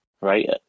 right